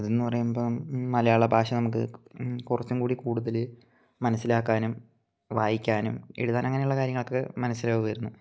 അതെന്ന് പറയുമ്പം മലയാള ഭാഷ നമുക്ക് കുറച്ചും കൂടി കൂടുതൽ മനസിലാക്കാനും വായിക്കാനും എഴുതാൻ അങ്ങനുള്ള കാര്യങ്ങൾ ഒക്കെ മനസ്സിലാകും ആയിരുന്നു